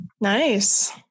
Nice